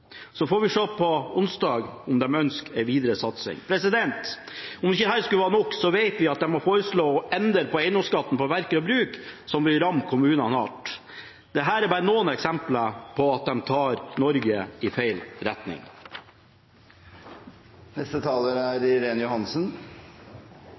Så får vi se på onsdag om de ønsker en videre satsing. Som om ikke dette skulle være nok, vet vi at de har foreslått å endre på eiendomsskatten på verker og bruk, noe som vil ramme kommunene hardt. Dette var bare noen eksempler på at dagens regjering tar Norge i feil retning.